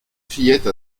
fillette